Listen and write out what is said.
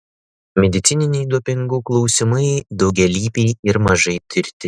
medicininiai dopingų klausimai daugialypiai ir mažai tirti